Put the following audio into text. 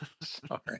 Sorry